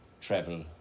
travel